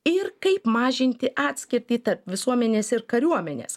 ir kaip mažinti atskirtį tarp visuomenės ir kariuomenės